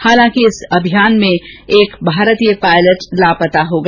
हालांकि इस अभियान में एक भारतीय पायलट लापता हो गया